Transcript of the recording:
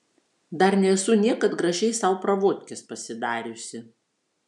dar nesu niekad gražiai sau pravodkės pasidariusi